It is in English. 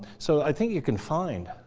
so i think you can find